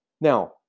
now